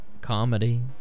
comedy